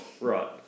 Right